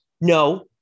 No